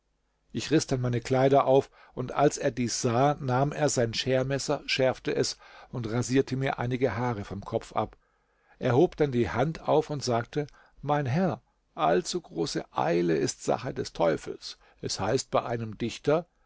ich riß dann meine kleider auf und als er dies sah nahm er sein schermesser schärfte es und rasierte mir einige haare vom kopf ab er hob dann die hand auf und sagte mein herr allzugroße eile ist sache des teufels es heißt bei einem dichter